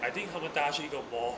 I think 他们打去一个 ball